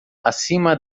acima